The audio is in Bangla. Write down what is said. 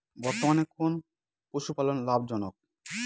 বর্তমানে কোন পশুপালন লাভজনক?